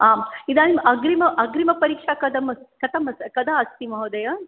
आम् इदानीम् अग्रिम अग्रिम परीक्षा कथमस्ति कथमस्ति कदा अस्ति महोदय